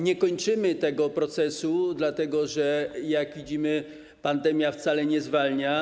Nie kończymy tego procesu, dlatego że, jak widzimy, pandemia wcale nie zwalnia.